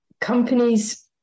companies